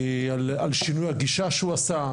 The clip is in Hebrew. על שינוי הגישה שהוא עשה,